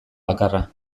bakarra